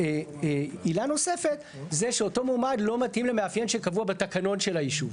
ועילה נוספת זה שאותו מועמד לא מתאים למאפיין שקבוע בתקנון של הישוב.